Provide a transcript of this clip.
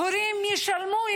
ההורים ישלמו,